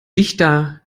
dichter